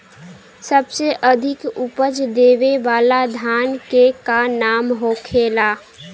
सबसे अधिक उपज देवे वाला धान के का नाम होखे ला?